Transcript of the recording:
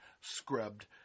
scrubbed